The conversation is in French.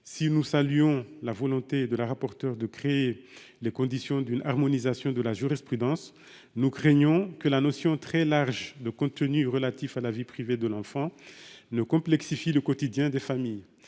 Si nous saluons la volonté de la rapporteure de créer les conditions d'une harmonisation de la jurisprudence, nous craignons que la notion très large de « contenus relatifs à la vie privée de l'enfant » ne complexifie le quotidien des familles.